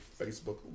Facebook